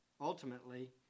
Ultimately